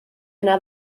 yna